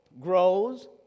grows